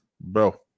Bro